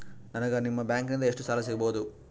ನನಗ ನಿಮ್ಮ ಬ್ಯಾಂಕಿನಿಂದ ಎಷ್ಟು ಸಾಲ ಸಿಗಬಹುದು?